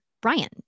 Brian